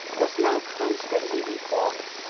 was now constantly before me.